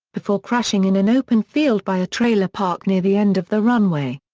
before crashing in an open field by a trailer park near the end of the runway.